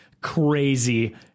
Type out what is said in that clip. crazy